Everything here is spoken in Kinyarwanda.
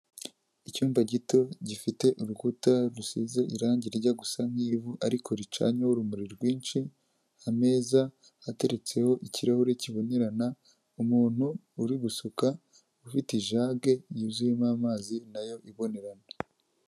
Icyumba gito gifite urukuta rusize irangi rijya gusa nk'ivu ariko ricanyeho urumuri rwinshi, ameza ateretseho ikirahuri kibonerana umuntu uri gusuka ufite ijage yuzuyemo amazi nayo iboneranarana.